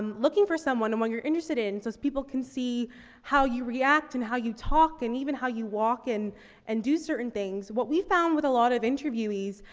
um looking for someone and what you're interested in, so people can see how you react, and how you talk, and even how you walk, an and do certain things. what we found with a lot of interviewees,